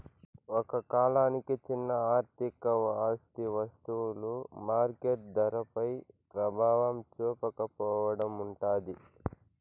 ఒక కాలానికి చిన్న ఆర్థిక ఆస్తి వస్తువులు మార్కెట్ ధరపై ప్రభావం చూపకపోవడం ఉంటాది